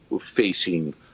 facing